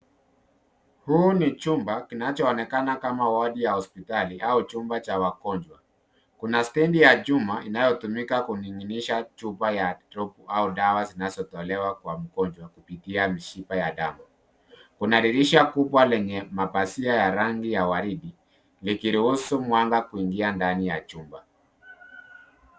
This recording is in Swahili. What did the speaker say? Huu ni chumba kinachoonekana kama wodi ya hospitali au chumba cha wagonjwa, kuna stendi ya chuma inayotumika kuninginisha chupa yadropu au dawa zinazotolewa kwa mgonjwa kupitia mshiba ya damu.